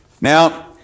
Now